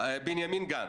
בנימין גנץ".